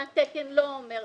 מה התקן לא אומר,